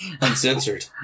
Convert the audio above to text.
Uncensored